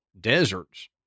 deserts